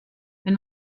wenn